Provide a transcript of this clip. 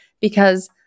Because-